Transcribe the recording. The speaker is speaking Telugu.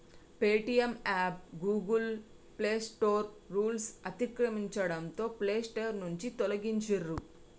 పేటీఎం యాప్ గూగుల్ ప్లేస్టోర్ రూల్స్ను అతిక్రమించడంతో ప్లేస్టోర్ నుంచి తొలగించిర్రు